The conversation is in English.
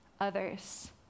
others